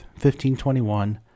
1521